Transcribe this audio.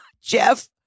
Jeff